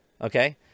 Okay